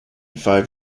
five